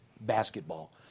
basketball